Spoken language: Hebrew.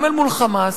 גם אל מול "חמאס"